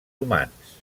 humans